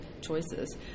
choices